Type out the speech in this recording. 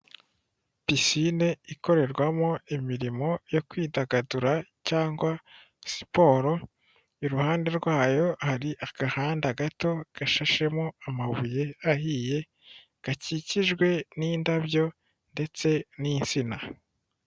Pisine ikorerwamo imirimo yo kwidagadura cyangwa siporo iruhande rwayo hari agahanda gato gashashemo amabuye ahiye gakikijwe n'indabyo ndetse n'insina.